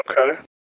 Okay